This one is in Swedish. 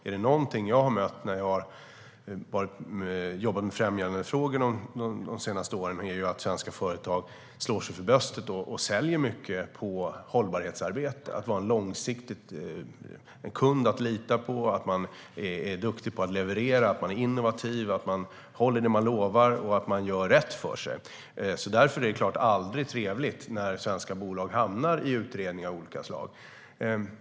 Är det något jag har mött när jag jobbat med främjandefrågor de senaste åren så är det att svenska företag slår sig för bröstet och säljer mycket på hållbarhetsarbete. Det handlar om att man är långsiktig - man är en kund att lita på, att man är duktig på att leverera, att man är innovativ, att man håller det man lovar och att man gör rätt för sig. Därför är det aldrig trevligt när svenska bolag hamnar i utredningar av olika slag.